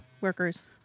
Workers